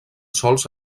sòls